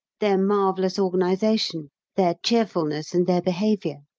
their marvellous organisation, their cheerfulness, and their behaviour.